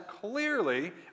clearly